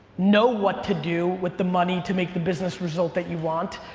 know what to do with the money to make the business result that you want,